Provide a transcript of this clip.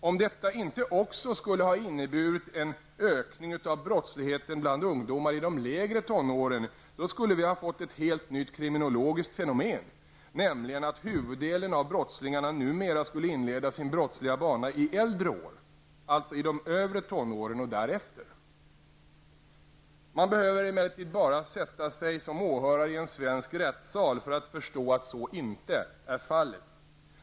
Om detta inte också skulle ha inneburit en ökning av brottsligheten bland ungdomar i de lägre tonåren skulle vi ha fått ett helt nytt kriminologiskt fenomen, nämligen att huvuddelen av brottslingarna numera skulle inleda sin brottsliga bana i äldre år, alltså i de övre tonåren och därefter. Man behöver emellertid bara sätta sig som åhörare i en svensk rättssal för att förstå att så inte är fallet.